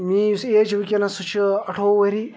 مےٚ یُس ایج چھِ وٕنکٮ۪نَس سُہ چھِ اَٹھووُہ ؤری